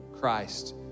Christ